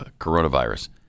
coronavirus